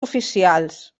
oficials